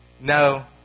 no